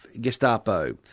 Gestapo